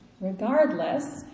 Regardless